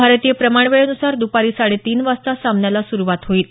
भारतीय प्रमाणवेळेनुसार दुपारी साडेतीन वाजता सामना सुरु होईल